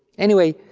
anyway,